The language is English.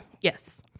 Yes